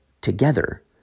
together